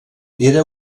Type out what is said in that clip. era